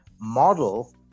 model